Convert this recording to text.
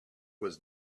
was